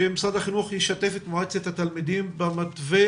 שמשרד החינוך ישתף את מועצת התלמידים במתווה